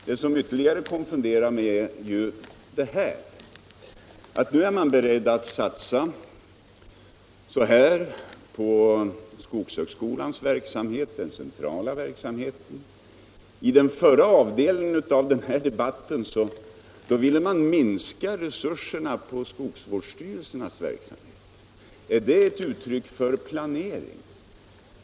Det som ytterligare konfunderar mig är att man nu är beredd att satsa på skogshögskolans centrala verksamhet, men i den förra avdelningen av den här debatten ville man minska resurserna för skogsvårdsstyrelsernas verksamhet. Är det ett uttryck för planering?